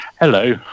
Hello